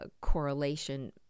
correlation